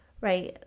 right